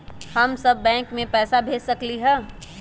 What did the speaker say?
हम सब बैंक में पैसा भेज सकली ह?